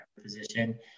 position